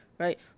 Right